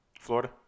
Florida